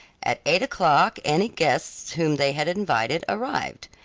at eight o'clock any guests whom they had invited arrived,